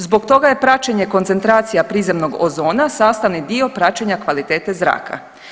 Zbog toga je praćenje koncentracija prizemnog ozona sastavni dio praćenja kvalitete zraka.